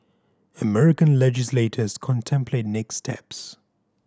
American legislators contemplate next steps